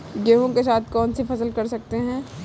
गेहूँ के साथ कौनसी फसल कर सकते हैं?